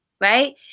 Right